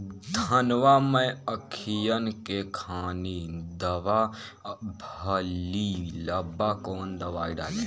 धनवा मै अखियन के खानि धबा भयीलबा कौन दवाई डाले?